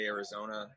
Arizona